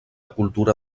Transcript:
cultura